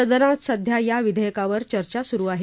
सदनात सध्या या विधेयकावर चर्चा सुरू आहे